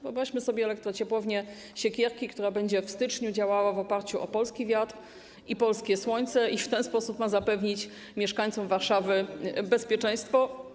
Wyobraźmy sobie elektrociepłownię Siekierki, która będzie w styczniu działała w oparciu o polski wiatr i polskie słońce, aby w ten sposób zapewnić mieszkańcom Warszawy bezpieczeństwo.